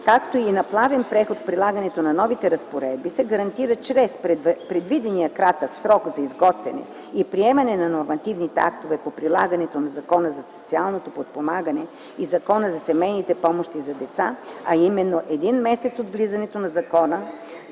както и на плавен преход в прилагането на новите разпоредби се гарантира чрез предвидения кратък срок за изготвяне и приемане на нормативните актове по прилагането на Закона за социално подпомагане и Закона за семейни помощи за деца, а именно един месец от влизането в сила